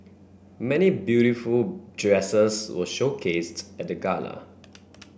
many beautiful dresses were showcased at the gala